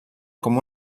com